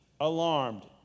alarmed